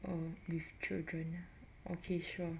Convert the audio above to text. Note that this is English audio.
orh with children okay sure